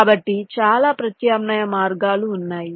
కాబట్టి చాలా ప్రత్యామ్నాయ మార్గాలు ఉన్నాయి